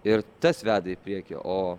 ir tas veda į priekį o